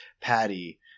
Patty